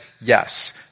yes